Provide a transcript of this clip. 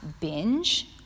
binge